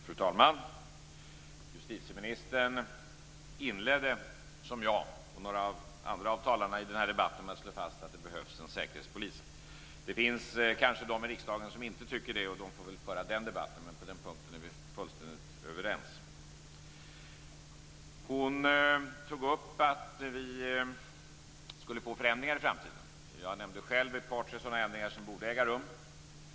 Fru talman! Justitieministern inledde, liksom jag och några andra talare i den här debatten, med att slå fast att det behövs en säkerhetspolis. Det finns kanske de i riksdagen som inte tycker det, och de får väl föra den debatten. Men på den här punkten är vi fullständigt överens. Hon tog upp att vi skulle få förändringar i framtiden. Jag nämnde själv ett par tre sådana ändringar som borde äga rum.